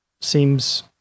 seems